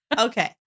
Okay